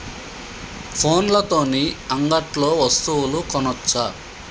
ఫోన్ల తోని అంగట్లో వస్తువులు కొనచ్చా?